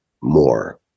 more